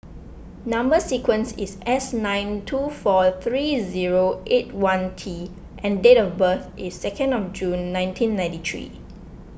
Number Sequence is S nine two four three zero eight one T and date of birth is second of June nineteen ninety three